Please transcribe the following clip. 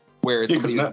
Whereas